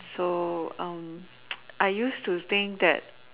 so I used to think that